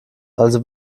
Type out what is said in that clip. also